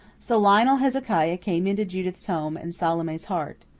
so lionel hezekiah came into judith's home and salome's heart.